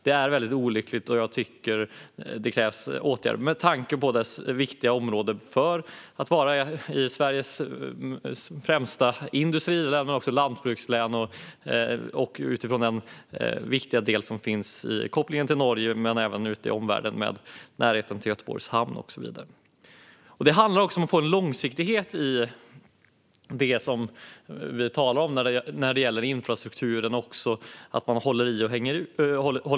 Detta är väldigt olyckligt. Åtgärder krävs med tanke på att detta område ligger i ett av Sveriges främsta industrilän och lantbrukslän. Det finns även en viktig koppling till Norge och ut i omvärlden tack vare närheten till Göteborgs hamn och så vidare. Det handlar om att få en långsiktighet när det gäller infrastrukturen så att man håller i och håller ut.